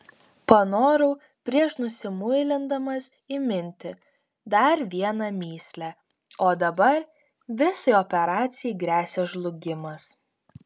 panorau prieš nusimuilindamas įminti dar vieną mįslę o dabar visai operacijai gresia žlugimas